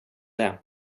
det